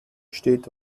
steht